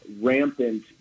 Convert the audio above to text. rampant